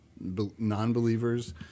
non-believers